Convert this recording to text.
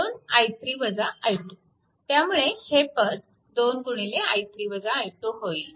म्हणून त्यामुळे हे पद 2 होईल